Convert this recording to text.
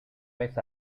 vez